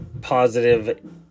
positive